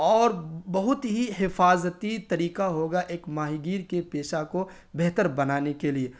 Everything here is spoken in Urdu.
اور بہت ہی حفاظتی طریقہ ہوگا ایک ماہی گیر کے پیشہ کو بہتر بنانے کے لیے